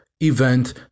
event